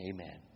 Amen